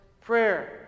Prayer